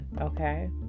okay